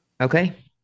Okay